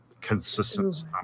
consistency